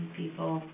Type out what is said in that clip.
people